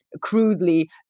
crudely